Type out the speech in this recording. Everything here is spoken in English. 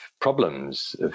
problems